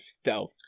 stealth